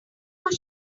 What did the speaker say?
what